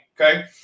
okay